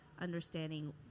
understanding